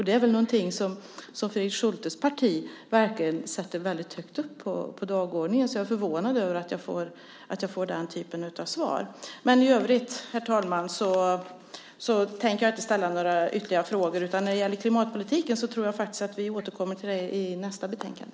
Det är väl någonting som Fredrik Schultes parti verkligen sätter väldigt högt upp på dagordningen, så jag är förvånad över att jag får den typen av svar. I övrigt, herr talman, tänker jag inte ställa några ytterligare frågor. När det gäller klimatpolitiken tror jag faktiskt att vi återkommer till den i nästa betänkande.